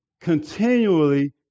continually